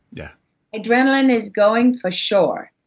yeah adrenaline is going for sure,